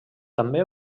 també